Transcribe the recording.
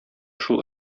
шул